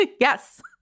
Yes